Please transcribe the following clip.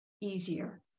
easier